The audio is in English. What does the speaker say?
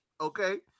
okay